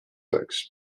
oleks